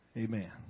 Amen